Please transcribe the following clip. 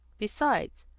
besides,